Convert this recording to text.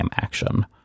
action